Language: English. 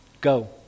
Go